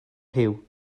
rhyw